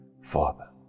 father